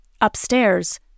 Upstairs